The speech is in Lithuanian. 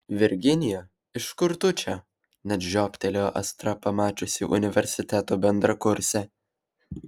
virginija iš kur tu čia net žioptelėjo astra pamačiusi universiteto bendrakursę